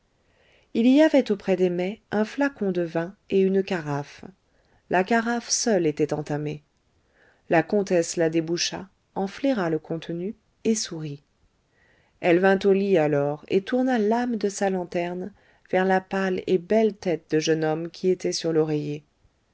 il y avait auprès des mets un flacon de vin et une carafe la carafe seule était entamée la comtesse la déboucha en flaira le contenu et sourit elle vint au lit alors et tourna l'âme de sa lanterne vers la pâle et belle tête de jeune homme qui était sur l'oreiller